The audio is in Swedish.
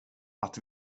att